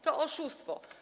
To oszustwo.